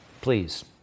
Please